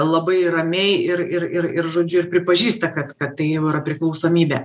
labai ramiai ir ir ir ir žodžiu ir pripažįsta kad kad tai jau yra priklausomybė